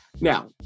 Now